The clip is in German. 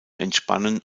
entspannen